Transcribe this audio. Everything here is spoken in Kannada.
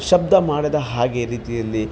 ಶಬ್ದ ಮಾಡದ ಹಾಗೆ ರೀತಿಯಲ್ಲಿ